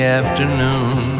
afternoon